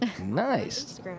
Nice